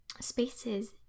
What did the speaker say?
spaces